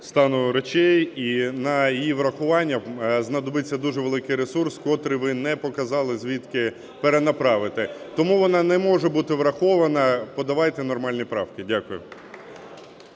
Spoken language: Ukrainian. стану речей. І на її врахування знадобиться дуже великий ресурс, котрий ви не показали, звідки перенаправити. Тому вона не може бути врахована, подавайте нормальні правки. Дякую.